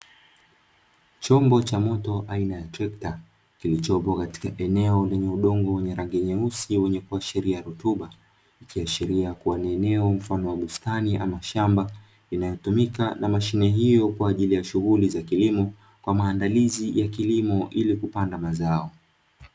Chombo cha moto aina ya trekta, kilichopo katika eneo lenye udongo wenye rangi nyeusi wenye kuashiria rutuba, ikiashiria kuwa ni eneo mfano wa bustani ama shamba, linalotumika na mashine hiyo kwa ajili ya shughuli za kilimo, kwa maandalizi ya kilimo ili kupanda mazao.